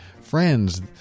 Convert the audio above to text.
friends